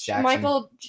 Michael